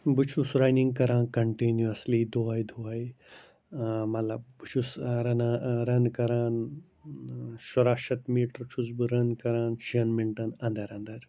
بہٕ چھُس رَنِنٛگ کَران کَنٹِنیُوَسلی دۄہَے دۄہَے مطلب بہٕ چھُس رَنا رَنہٕ کَران شُراہ شَتھ میٖٹَر چھُس بہٕ رَن کَران شٮ۪ن مِنٹَن اَندَر اَندَر